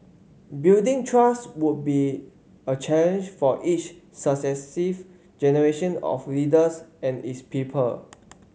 building trust would be a challenge for each successive generation of leaders and its people